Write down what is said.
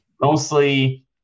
Mostly